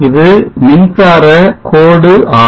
இது மின்சார கோடு ஆகும்